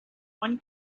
one